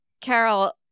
Carol